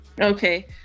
Okay